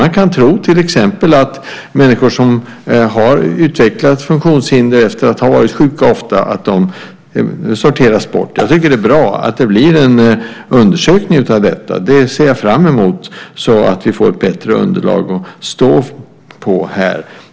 Man kan tro, till exempel, att människor som har utvecklat funktionshinder efter att ha varit sjuka ofta sorteras bort. Jag tycker att det är bra att det blir en undersökning av detta. Det ser jag fram emot, så att vi får ett bättre underlag att stå på här.